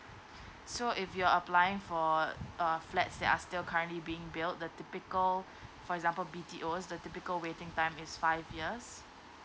so if you are applying for uh flats that are still currently being built the typical for example B_T_O is the typical waiting time is five years